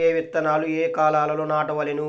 ఏ విత్తనాలు ఏ కాలాలలో నాటవలెను?